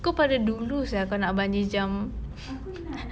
kau pada dulu sia kau nak bungee jump